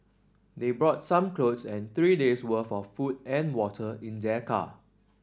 they brought some clothe and three day's worth of food and water in their car